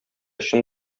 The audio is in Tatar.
чын